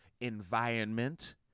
environment